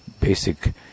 basic